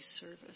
service